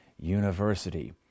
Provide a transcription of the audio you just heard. university